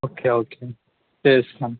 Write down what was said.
okay okay చేస్తాను